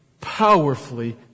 powerfully